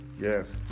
Yes